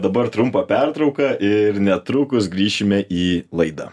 dabar trumpą pertrauką ir netrukus grįšime į laidą